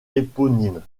éponyme